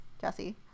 Jesse